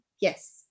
Yes